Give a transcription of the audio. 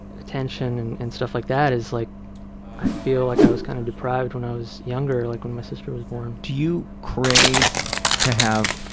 attention and and stuff like that is like i feel like i was kind of deprived when i was younger, like when my sister was born. do you crave to have